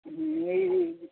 ଏଇ